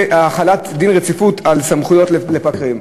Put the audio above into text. החלת דין רציפות על סמכויות לפקחים,